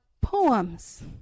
poems